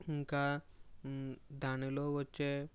ఇంకా దానిలో వచ్చే